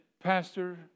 Pastor